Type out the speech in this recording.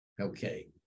Okay